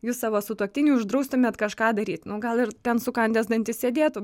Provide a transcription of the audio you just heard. jūs savo sutuoktiniui uždraustumėt kažką daryti nu gal ir ten sukandęs dantis sėdėtų